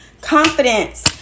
Confidence